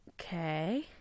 Okay